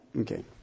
Okay